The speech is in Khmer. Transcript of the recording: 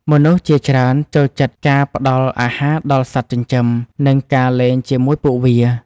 មនុស្សជាច្រើនចូលចិត្តការផ្តល់អាហារដល់សត្វចិញ្ចឹម និងការលេងជាមួយពួកវា។